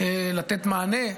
לתת מענה,